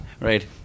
right